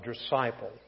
disciple